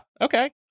Okay